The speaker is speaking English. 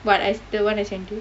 but I still want the